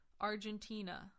Argentina